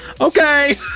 Okay